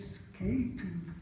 Escaping